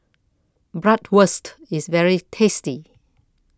Bratwurst IS very tasty